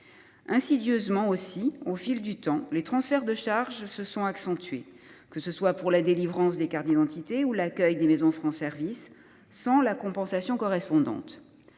Insidieusement aussi, au fil du temps, les transferts de charges se sont accentués, que ce soit pour la délivrance des cartes d’identité ou l’accueil dans les maisons France Services, sans la compensation correspondante.